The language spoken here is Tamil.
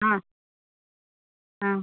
ஆ ஆ